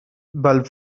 bulb